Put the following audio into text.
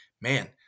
man